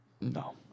No